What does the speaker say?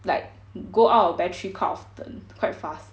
like go out of battery quite often quite fast